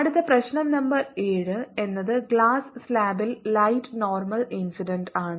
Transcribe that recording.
അടുത്ത പ്രശ്നം നമ്പർ 7 എന്നത് ഗ്ലാസ് സ്ലാബിൽ ലൈറ്റ് നോർമൽ ഇൻസിഡന്റ് ആണ്